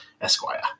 Esquire